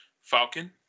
Falcon